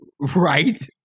Right